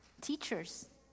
teachers